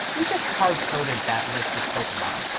we just hardcoded that list of pokemon.